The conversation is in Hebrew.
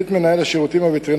החליט מנהל השו"ט,